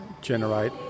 generate